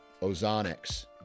ozonics